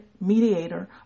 mediator